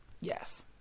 Yes